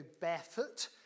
barefoot